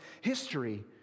history